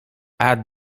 add